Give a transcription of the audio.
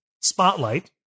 Spotlight